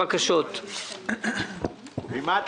אנחנו מצביעים בלי גבעת הראל ובלי "יחד רמת השרון".